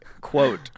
Quote